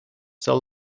sell